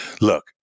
look